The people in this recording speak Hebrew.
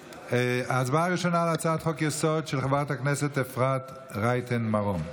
ההצבעה הראשונה היא על הצעת חוק-יסוד של חברת הכנסת אפרת רייטן מרום.